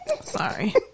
sorry